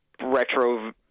retro